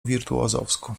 wirtuozowsku